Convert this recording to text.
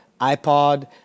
iPod